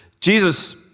Jesus